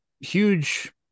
huge